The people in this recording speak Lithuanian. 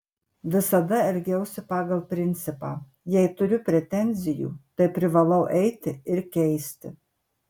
visada elgiausi pagal principą jei turiu pretenzijų tai privalau eiti ir keisti